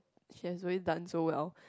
she has really done so well